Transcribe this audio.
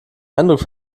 eindruck